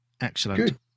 excellent